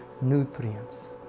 nutrients